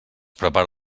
prepara